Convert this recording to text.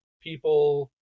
people